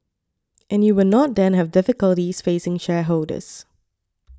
and you will not then have difficulties facing shareholders